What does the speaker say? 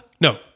no